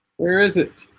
where is it